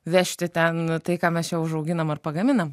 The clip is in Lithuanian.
vežti ten tai ką mes čia užauginam ar pagaminam